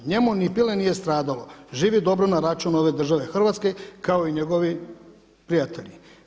Njemu ni pile nije stradalo, živi dobro na račun ove države Hrvatske kao i njegovi prijatelji.